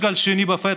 יש גל שני בפתח,